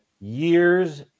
years